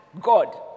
God